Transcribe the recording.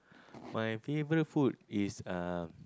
my favourite food is uh